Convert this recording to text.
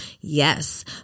Yes